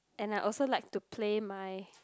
and I also like to play my